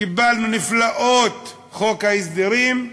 קיבלנו נפלאות חוק ההסדרים,